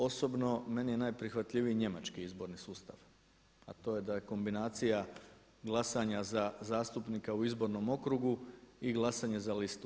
Osobno meni je najprihvatljiviji njemački izborni sustav, a to je da je kombinacija glasanja za zastupnika u izbornom okrugu i glasanje za listu.